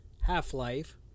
half-life